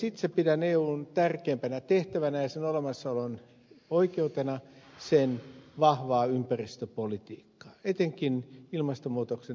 itse pidän eun tärkeimpänä tehtävänä ja sen olemassaolon oikeutena sen vahvaa ympäristöpolitiikkaa etenkin ilmastonmuutoksen estämistä